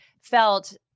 felt